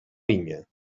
vinya